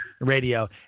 Radio